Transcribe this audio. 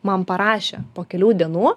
man parašė po kelių dienų